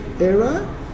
era